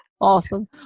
awesome